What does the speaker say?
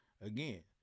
Again